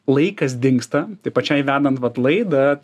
laikas dingsta tai pačiai vedant vat laidą